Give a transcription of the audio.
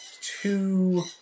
two